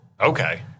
Okay